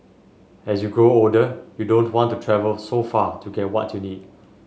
as you grow older you don't want to travel so far to get what you need